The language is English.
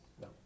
No